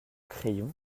crayon